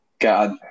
God